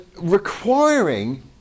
requiring